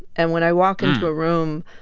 and when i walk into a room,